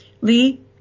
Lee